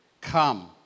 Come